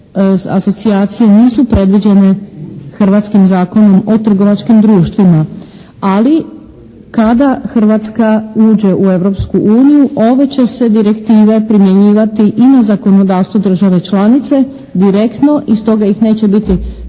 asocijacije nisu predviđene hrvatskim Zakonom o trgovačkim društvima. Ali, kada Hrvatska uđe u Europsku uniju ove će se direktive primjenjivati i na zakonodavstvo države članice direktno i stoga ih neće biti